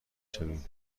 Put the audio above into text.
شویم